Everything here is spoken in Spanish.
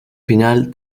final